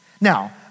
Now